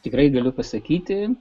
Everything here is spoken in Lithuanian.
tikrai galiu pasakyti